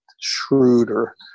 shrewder